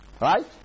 Right